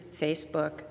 Facebook